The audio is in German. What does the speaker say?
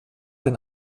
den